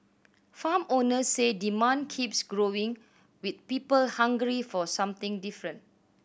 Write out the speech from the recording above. farm owners say demand keeps growing with people hungry for something different